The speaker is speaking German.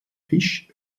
fisch